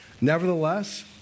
Nevertheless